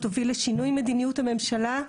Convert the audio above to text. הוביל לשינוי מדיניות הממשלה,